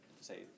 say